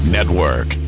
Network